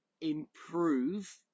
improve